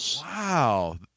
Wow